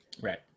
Right